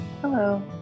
Hello